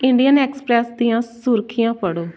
Indian Express ਦੀਆਂ ਸੁਰਖੀਆਂ ਪੜ੍ਹੋ